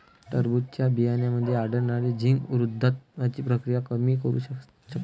टरबूजच्या बियांमध्ये आढळणारे झिंक वृद्धत्वाची प्रक्रिया कमी करू शकते